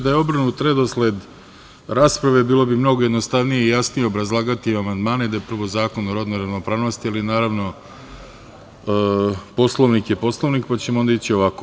Da je obrnut redosled rasprave bilo bi mnogo jednostavnije i jasnije obrazlagati amandmane, gde prvo Zakon o rodnoj ravnopravnosti, ali naravno, Poslovnik je Poslovnik, onda ćemo ići ovako.